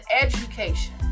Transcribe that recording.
education